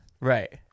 Right